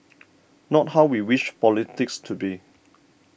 not how we wish politics to be